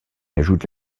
ajoute